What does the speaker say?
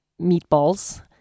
meatballs